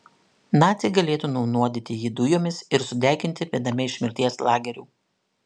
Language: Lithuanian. naciai galėtų nunuodyti jį dujomis ir sudeginti viename iš mirties lagerių